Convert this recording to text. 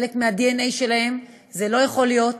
חלק מהדנ"א שלהם: זה לא יכול להיות,